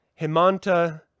Himanta